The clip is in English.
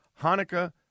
Hanukkah